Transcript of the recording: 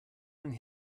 doing